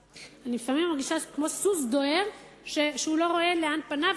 לפעמים אני מרגישה כמו סוס דוהר שלא רואה לאן פניו,